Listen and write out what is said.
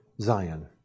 Zion